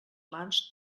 mans